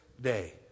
day